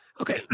Okay